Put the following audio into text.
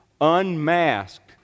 unmasked